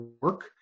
work